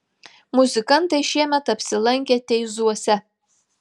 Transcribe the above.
muzikantai šiemet apsilankė teizuose